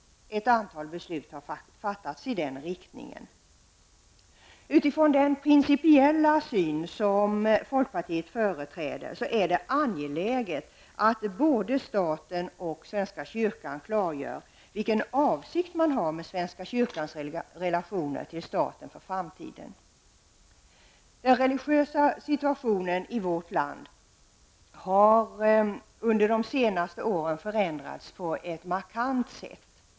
Ett antal beslut har fattats i den riktningen. Utifrån den principiella syn som folkpartiet företräder är det angeläget att både staten och svenska kyrkan klargör vilken avsikt man har med svenska kyrkans relationer till staten i framtiden. Den religösa situationen i vårt land har under de senaste åren förändrats på ett markant sätt.